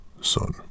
son